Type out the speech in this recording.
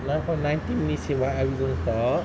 left nineteen minutes what are we gonna talk